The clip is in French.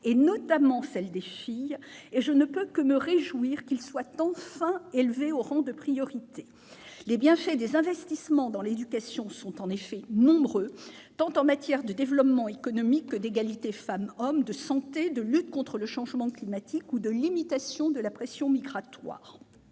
notamment celle des filles, et je ne peux que me réjouir qu'il soit enfin élevé au rang de priorité. Les bienfaits des investissements dans l'éducation sont en effet nombreux, tant en matière de développement économique que d'égalité femmes-hommes, de santé, de lutte contre le changement climatique ou de limitation de la pression migratoire.